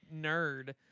nerd